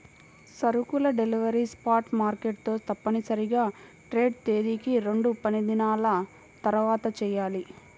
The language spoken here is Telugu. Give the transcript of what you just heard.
సరుకుల డెలివరీ స్పాట్ మార్కెట్ తో తప్పనిసరిగా ట్రేడ్ తేదీకి రెండుపనిదినాల తర్వాతచెయ్యాలి